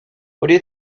what